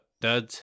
Duds